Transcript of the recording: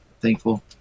thankful